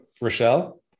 Rochelle